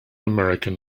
american